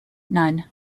nine